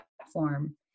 platform